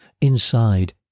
Inside